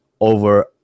over